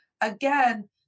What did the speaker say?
Again